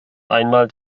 einmal